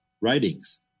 writings